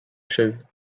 chaise